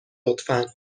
لطفا